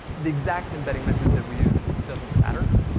the exact embedding method that we use doesn't matter,